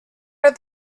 are